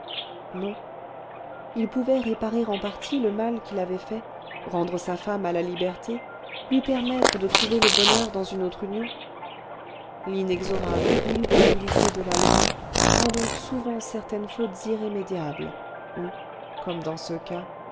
non il pouvait réparer en partie le mal qu'il avait fait rendre sa femme à la liberté lui permettre de trouver le bonheur dans une autre union l'inexorable immutabilité de la loi rend donc souvent certaines fautes irrémédiables ou comme dans ce cas